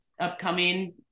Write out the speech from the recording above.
upcoming